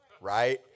right